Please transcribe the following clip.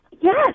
Yes